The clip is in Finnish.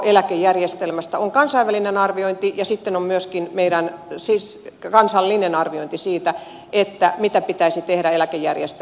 on kansainvälinen arviointi ja sitten myös meidän kansallinen arviointi siitä mitä pitäisi tehdä eläkejärjestelmälle